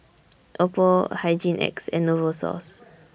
Oppo Hygin X and Novosource